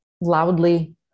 loudly